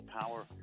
power